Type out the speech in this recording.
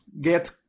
get